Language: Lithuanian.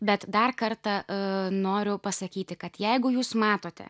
bet dar kartą a noriu pasakyti kad jeigu jūs matote